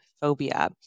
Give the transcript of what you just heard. phobia